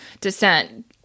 descent